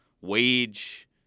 wage